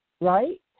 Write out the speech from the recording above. right